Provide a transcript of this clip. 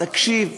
תקשיב.